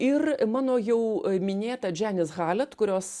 ir mano jau minėta dženis halet kurios